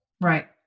right